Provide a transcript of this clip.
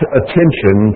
attention